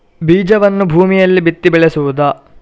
ಬೀಜವನ್ನು ಭೂಮಿಯಲ್ಲಿ ಬಿತ್ತಿ ಬೆಳೆಸುವುದಾ?